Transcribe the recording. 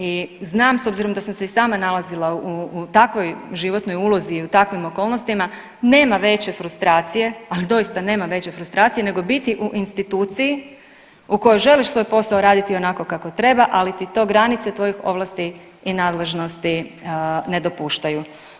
I znam i s obzirom da sam se i sama nalazila u takvoj životnoj ulozi i u takvim okolnostima nema veće frustracije, ali doista nema veće frustracije nego biti u instituciji u kojoj želiš svoj posao raditi onako kako treba, ali ti to granice tvojih ovlasti i nadležnosti ne dopuštaju.